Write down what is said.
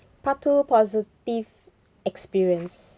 part two positive experience